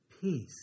peace